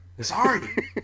Sorry